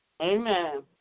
Amen